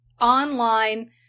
online